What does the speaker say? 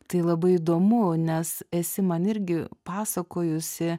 tai labai įdomu nes esi man irgi pasakojusi